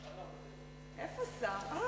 איפה שר?